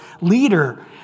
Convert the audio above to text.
leader